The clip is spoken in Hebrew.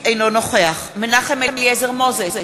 אינו נוכח מנחם אליעזר מוזס,